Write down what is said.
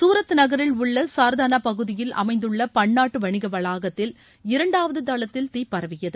சூரத் நகரில் உள்ள சார்தானா பகுதியில் அமைந்துள்ள பன்னாட்டு வணிக வளாகத்தில் இரண்டாவது தளத்தில் தீ பரவியது